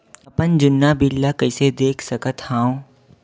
अपन जुन्ना बिल ला कइसे देख सकत हाव?